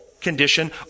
condition